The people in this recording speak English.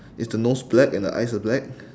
is the nose black and the eyes are black